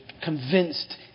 convinced